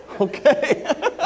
Okay